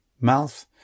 mouth